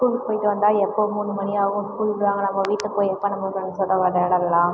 ஸ்கூலுக்கு போயிவிட்டு வந்தால் எப்போ மூணு மணியாவும் ஸ்கூல் விடுவாங்க நம்ம வீட்டில் போய் எப்ப நம்ப ஃப்ரெண்ட்ஸோட விளையாடலாம்